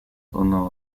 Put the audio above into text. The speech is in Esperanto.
unu